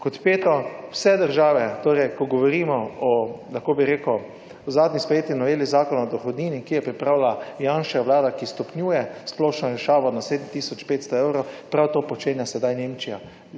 Kot peto. Vse države torej, ko govorimo o, lahko bi rekel, v zadnji sprejeti noveli Zakona o dohodnini, ki jo je pripravila Janševa vlada, ki stopnjuje splošno olajšavo na sedem tisoč petsto evrov prav to počenja sedaj Nemčija.